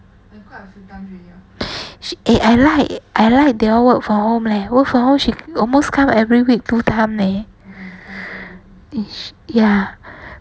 she eh I like I like they all work for home leh work from home she almost come every week two times leh ya